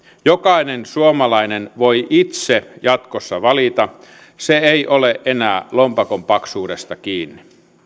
jokainen suomalainen voi itse jatkossa valita se ei ole enää lompakon paksuudesta kiinni